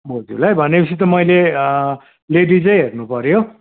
बोजूलाई भनिपछि त मैले लेडिसै हेर्नुपऱ्यो